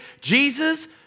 Jesus